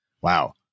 wow